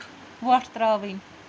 وۄٹھ ترٛاوٕنۍ